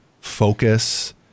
focus